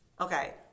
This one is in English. Okay